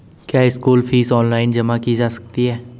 क्या school fees online जमा की जा सकती है?